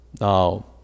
Now